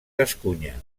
gascunya